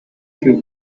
few